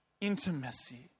intimacy